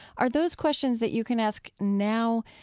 are those questions that you can ask now,